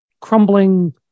crumbling